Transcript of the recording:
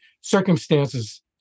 circumstances